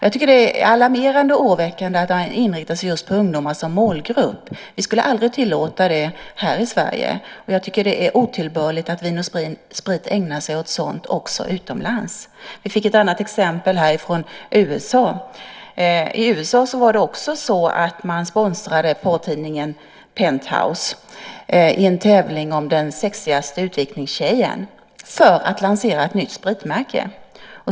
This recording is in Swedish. Jag tycker att det är alarmerande och oroväckande att man just inriktar sig på ungdomar som målgrupp. Vi skulle aldrig tillåta det här i Sverige. Jag tycker att det är otillbörligt att Vin & Sprit ägnar sig åt sådant utomlands. Vi fick ett annat exempel här från USA. I USA sponsrade man tidningen Penthouse i en tävling om den sexigaste utvikningstjejen för att lansera ett nytt spritmärke.